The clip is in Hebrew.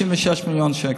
96 מיליון שקל.